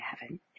heaven